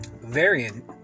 variant